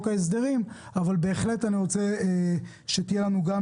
ההסדרים אבל בהחלט אני רוצה שתהיה לנו גם